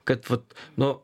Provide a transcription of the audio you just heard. kad vat nu